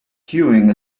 queuing